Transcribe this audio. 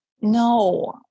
No